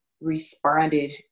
responded